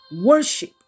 worship